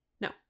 No